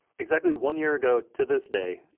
exactly one year ago to this day,